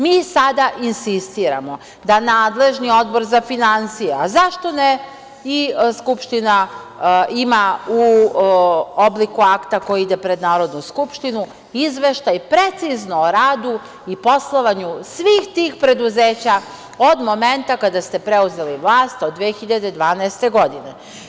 Mi sada insistiramo da nadležni Odbor za finansije, a zašto ne i Skupština, ima u obliku akta koji ide pred Narodnu skupštinu izveštaj precizno o radu i poslovanju svih tih preduzeća od momenta kada ste preuzeli vlast od 2012. godine.